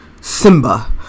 Simba